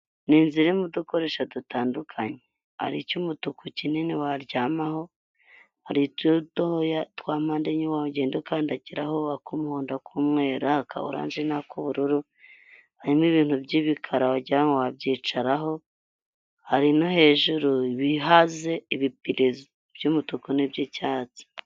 Ni inzu irimo udukoresho dutandukanye hari icy'umutuku kinini waryamaho, hari udutoya twamande enye wa ugenda ukandagira, uk'umuhondo, ak'umweru, aka oranje, nak'ubururu harimo ibintu by'ibikara wagira ngo babyicaraho, hari no hejuru ibihaze ibipirizo by'umutuku n'ibyicyatsi.